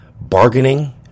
Bargaining